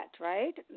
right